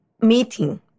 meeting